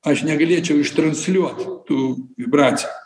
aš negalėčiau ištransliuot tų vibraciją